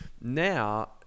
now